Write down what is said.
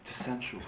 essential